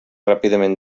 ràpidament